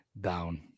down